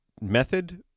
method